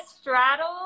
straddle